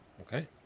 okay